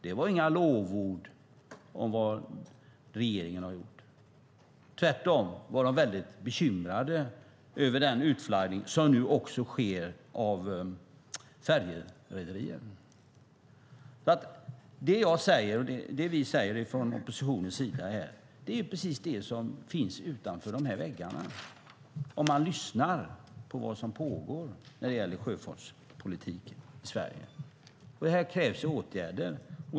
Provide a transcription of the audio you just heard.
Det var inga lovord om vad regeringen har gjort. Tvärtom var de väldigt bekymrade över den utflaggning som nu också sker av färjerederier. Det vi i oppositionen talar om är precis det som finns utanför de här väggarna. Det kan man höra om man lyssnar på vad som pågår när det gäller sjöfartspolitiken i Sverige. Här krävs ju åtgärder.